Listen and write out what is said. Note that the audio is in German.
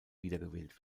wiedergewählt